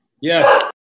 Yes